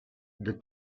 the